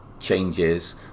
changes